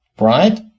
right